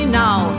now